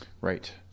Right